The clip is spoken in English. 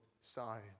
side